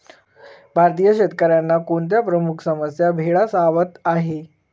भारतीय शेतकऱ्यांना कोणत्या प्रमुख समस्या भेडसावत आहेत?